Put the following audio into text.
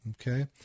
Okay